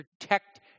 protect